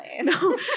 No